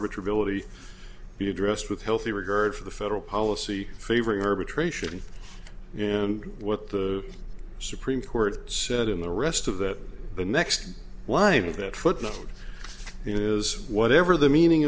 arbiter of realty be addressed with healthy regard for the federal policy favoring arbitration and what the supreme court said in the rest of that the next wind of that footnote in is whatever the meaning